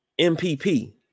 MPP